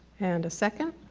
and a second?